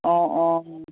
অঁ অঁ